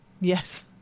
Yes